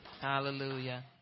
hallelujah